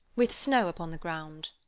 with snow upon the ground.